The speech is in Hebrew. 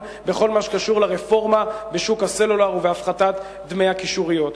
בכל מה שקשור לרפורמה בשוק הסלולר ובהפחתת דמי הקישוריות.